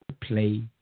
play